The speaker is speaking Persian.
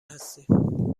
هستیم